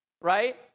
right